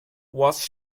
was